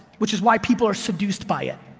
which is why people are seduced by it.